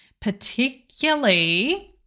particularly